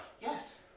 Yes